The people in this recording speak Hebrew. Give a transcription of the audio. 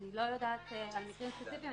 אני לא יודעת על מקרים ספציפיים,